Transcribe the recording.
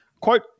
Quote